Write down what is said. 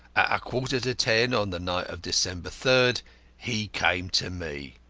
a quarter to ten on the night of december third he came to me.